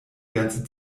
ganze